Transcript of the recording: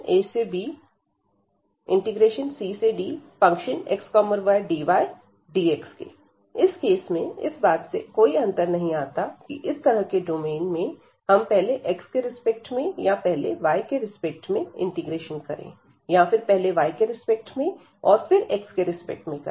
∬DfxydAabfxydxabcdfxydy इस केस में इस बात से कोई अंतर नहीं आता कि इस तरह के डोमेन में हम पहले x के रिस्पेक्ट में या पहले y के रिस्पेक्ट में इंटीग्रेशन करें या फिर पहले y के रिस्पेक्ट में और फिर x के रिस्पेक्ट में करें